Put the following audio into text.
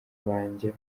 banjye